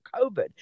COVID